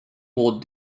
would